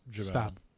stop